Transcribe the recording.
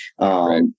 right